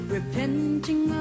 repenting